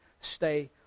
stay